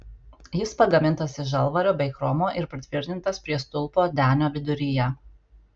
jis pagamintas iš žalvario bei chromo ir pritvirtintas prie stulpo denio viduryje